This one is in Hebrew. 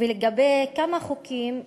ולגבי כמה חוקים,